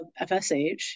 FSH